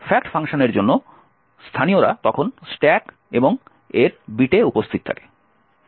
fact ফাংশনের জন্য স্থানীয়রা তখন স্ট্যাক এবং এর বিটে উপস্থিত থাকে